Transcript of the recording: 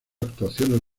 actuaciones